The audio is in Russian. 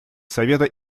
совета